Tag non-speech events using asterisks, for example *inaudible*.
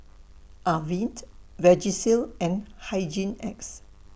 Avene *unintelligible* Vagisil and Hygin X